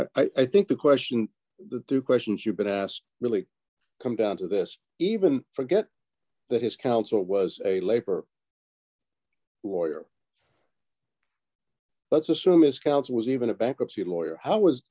claim i think the question the two questions you've been asked really come down to this even forget that his counsel was a labor lawyer let's assume his counsel was even a bankruptcy lawyer how was